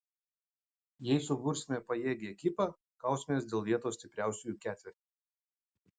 jei subursime pajėgią ekipą kausimės dėl vietos stipriausiųjų ketverte